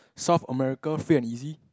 South America free and easy